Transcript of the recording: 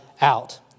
out